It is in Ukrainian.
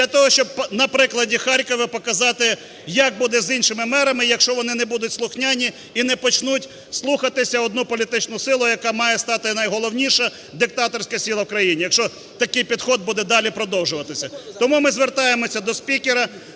для того, щоб на прикладі Харкова показати, як буде з іншими мерами, якщо вони не будуть слухняні і не почнуть слухатися одну політичну силу, яка має стати найголовніша диктаторська сила в країні, якщо такий підхід буде далі продовжуватися. Тому ми звертаємося до спікера